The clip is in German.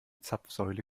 zapfsäule